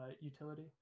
utility